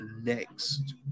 next